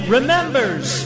Remembers